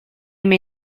may